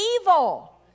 evil